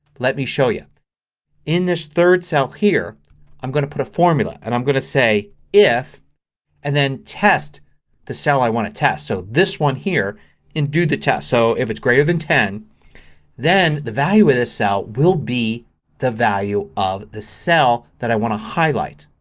let me show you. in this third cell here i'm going to put a formula and i'm going to say if and then test the cell i want to test. so this one here can do the test. so if it's greater than ten then the value of this cell will be the value of the cell that i want to highlight.